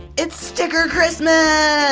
its sticker christmas!